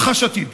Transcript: רכש עתיד.